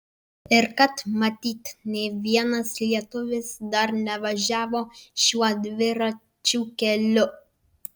ir kad matyt nė vienas lietuvis dar nevažiavo šiuo dviračių keliu